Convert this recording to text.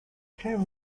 have